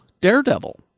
Daredevil